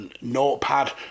notepad